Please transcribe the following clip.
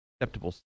acceptable